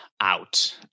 out